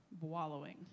wallowing